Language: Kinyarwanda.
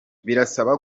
birasaba